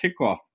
kickoff